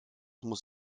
muss